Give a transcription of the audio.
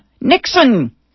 Nixon